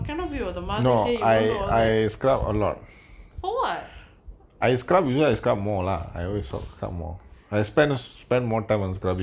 can not be were the mother say want to all there for [what]